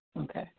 okay